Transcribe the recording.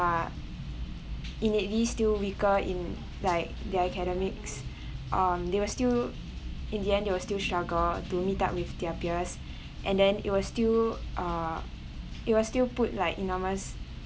innately still weaker in like their academics um they were still in the end they will still struggle to meet up with their peers and then it will still uh it will still put like enormous